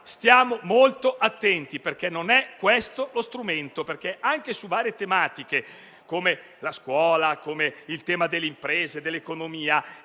Stiamo molto attenti, perché non è questo lo strumento. Anche su varie tematiche come la scuola, le imprese e l'economia,